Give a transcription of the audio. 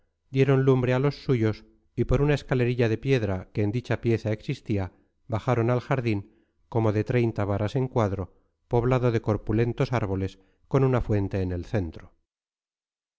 dieron lumbre a los suyos y por una escalerilla de piedra que en dicha pieza existía bajaron al jardín como de treinta varas en cuadro poblado de corpulentos árboles con una fuente en el centro